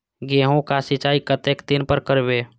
गेहूं का सीचाई कतेक दिन पर करबे?